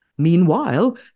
Meanwhile